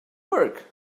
work